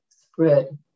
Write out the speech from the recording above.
spread